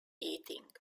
eating